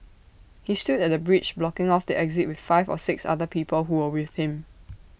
he stood at the bridge blocking off the exit with five or six other people who were with him